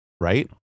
right